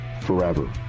forever